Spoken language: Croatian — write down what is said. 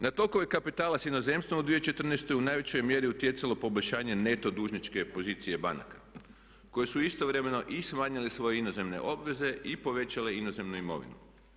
Na tokove kapitala s inozemstvom u 2014. u najvećoj je mjeri utjecalo poboljšanje neto dužničke pozicije banaka koje su istovremeno i smanjile svoje inozemne obveze i povećale inozemnu imovinu.